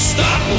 Stop